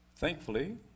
Thankfully